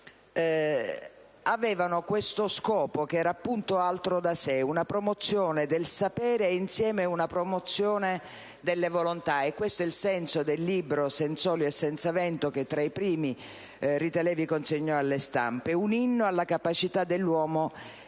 avevano questo scopo, che era appunto altro da sé: una promozione del sapere e, insieme, una promozione delle volontà. È questo il senso del libro «Senz'olio contro vento», che tra i primi Rita Levi-Montalcini consegnò alle stampe: un inno alle capacità dell'uomo e